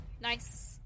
Nice